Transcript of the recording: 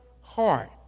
heart